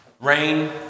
rain